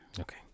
Okay